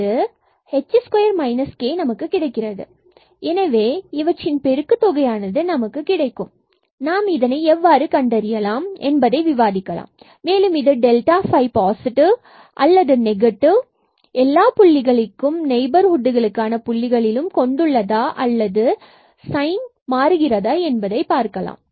எனவே h2 k 2h2 k பெருக்கு தொகையானது தற்பொழுது கிடைக்கிறது மற்றும் நாம் இதனை எவ்வாறு கண்டறியலாம் என்பதை விவாதிக்கலாம் மேலும் இது டெல்டா பை phi பாசிட்டிவ் அல்லது நெகட்டிவ் எல்லா புள்ளிகளையும் நெய்பர்ஹுட்களுக்கான புள்ளிகளிலும் கொண்டுள்ளதா அல்லது சைன் sign மாறுகிறதா என்பதை பார்க்கலாம்